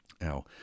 Now